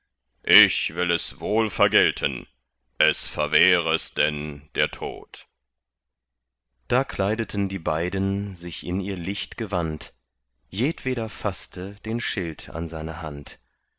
ich will es wohl vergelten es verwehr es denn der tod da kleideten die beiden sich in ihr licht gewand jedweder faßte den schild an seine hand